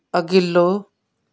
अघिल्लो